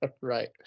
Right